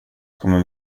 kommer